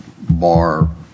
bar